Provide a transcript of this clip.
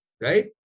right